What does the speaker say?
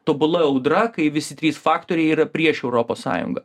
tobula audra kai visi trys faktoriai yra prieš europos sąjungą